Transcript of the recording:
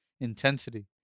intensity